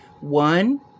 One